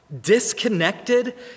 disconnected